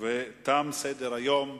תם סדר-היום.